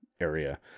area